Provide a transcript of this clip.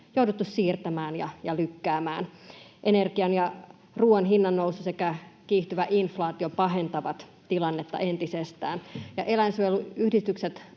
jouduttu siirtämään ja lykkäämään. Energian ja ruoan hinnannousu sekä kiihtyvä inflaatio pahentavat tilannetta entisestään, ja eläinsuojeluyhdistykset